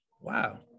wow